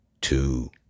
two